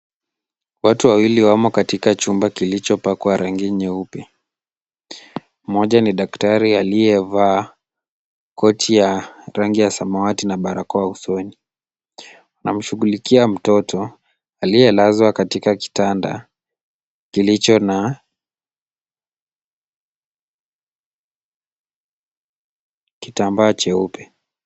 Watu wawili wamo katika chumba kilichopakwa rangi nyeupe. Mmoja ni daktari, aliyevaa koti ya rangi ya samawati na barakoa usoni, anamshughulikia mtoto aliyelazwa katika kitanda, kilicho na kitambaa cheupe.